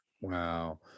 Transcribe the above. Wow